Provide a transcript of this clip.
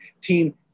team